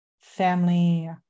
family